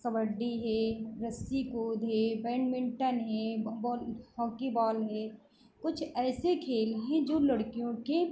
कबड्डी है रस्सी कूद है बैडमिन्टन है बॉल हॉकी बॉल है कुछ ऐसे खेल हैं जो लड़कियों के